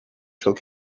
took